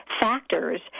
factors